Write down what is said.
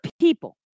people